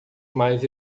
mais